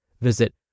Visit